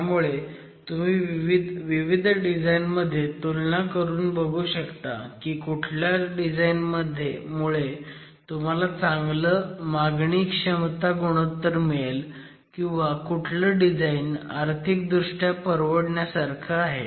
ह्यामुळे तुम्ही विविध डिझाईन मध्ये तुलना करून बघू शकता की कुठल्या डिझाईन मुळे तुम्हाला चांगलं मागणी क्षमता गुणोत्तर मिळेल किंवा कुठलं डिझाईन आर्थिक दृष्ट्या परवडण्यासारखं आहे